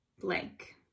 blank